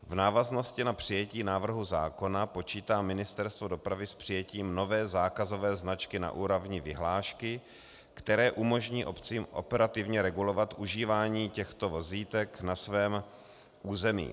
V návaznosti na přijetí návrhu zákona počítá Ministerstvo dopravy s přijetím nové zákazové značky na úrovni vyhlášky, která umožní obcím operativně regulovat užívání těchto vozítek na svém území.